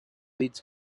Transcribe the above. dits